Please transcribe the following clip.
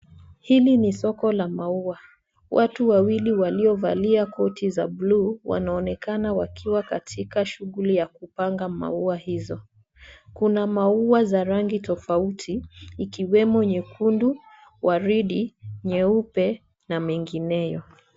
Hili ni soko la maua. Watu wawili waliovalia koti za buluu wanaonekana wakiwa katika shughuli ya kupanga maua hizo. Kuna maua za rangi tofauti ikiwemo nyekundu, waridi, nyeupe na mengineyo.